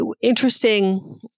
interesting